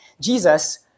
Jesus